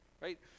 right